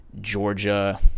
Georgia